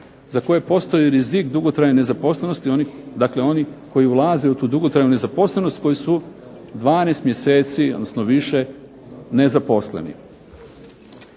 za koje postoji rizik dugotrajne nezaposlenosti, onih koji ulaze u tu dugotrajnu nezaposlenost, koji su 12 mjeseci odnosno više nezaposleni.